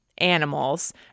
Animals